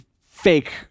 fake